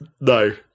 no